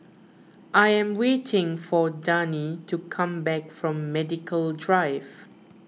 I am waiting for Dani to come back from Medical Drive